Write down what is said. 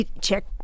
check